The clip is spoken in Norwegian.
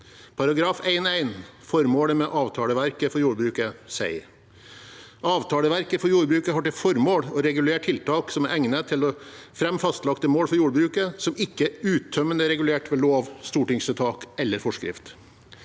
§ 1-1, formålet med avtaleverket for jordbruket, sier: «Avtaleverket for jordbruket har til formål å regulere tiltak som er egnet til å fremme fastlagte mål for jordbruket, og som ikke er uttømmende regulert ved lov, stortingsvedtak eller forskrift.»